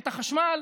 את החשמל.